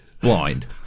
blind